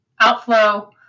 outflow